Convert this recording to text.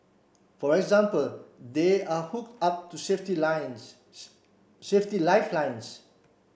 for example they are hook up to safety lines safety lifelines